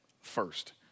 first